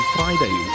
Friday